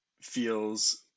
feels